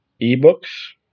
E-books